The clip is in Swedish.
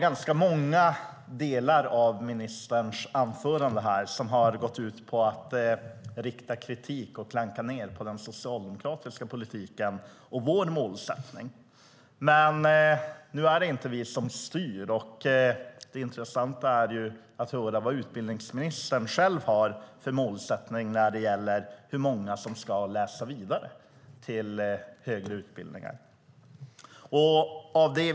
Ganska stora delar av ministerns anföranden här har gått ut på att rikta kritik mot och klanka ned på socialdemokratiska politiken och vår målsättning. Nu är det dock inte vi som styr. Det intressanta är att höra vad utbildningsministern själv har för målsättning när det gäller hur många som ska läsa vidare till högre utbildningar.